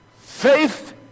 Faith